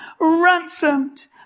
ransomed